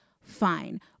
fine